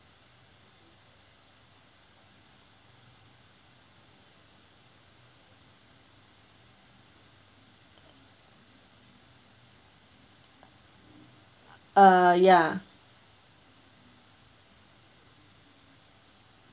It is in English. err ya